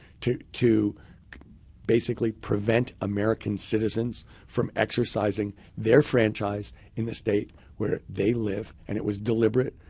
to to basically prevent american citizens from exercising their franchise in the state where they live. and it was deliberate,